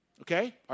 Okay